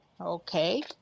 Okay